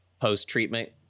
post-treatment